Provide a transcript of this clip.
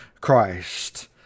Christ